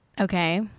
Okay